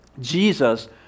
Jesus